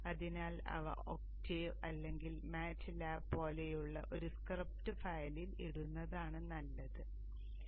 അതിനാൽ അവ ഒക്ടേവ് അല്ലെങ്കിൽ മാറ്റ്ലാബ് പോലെയുള്ള ഒരു സ്ക്രിപ്റ്റ് ഫയലിൽ ഇടുന്നത് നല്ലതാണ്